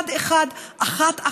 אחד-אחד,